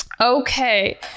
Okay